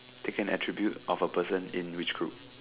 take in attribute of a person in which group